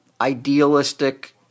idealistic